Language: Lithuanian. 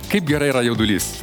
kaip gerai yra jaudulys